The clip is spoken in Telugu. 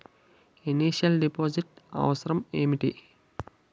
ఇనిషియల్ డిపాజిట్ అవసరం ఏమిటి?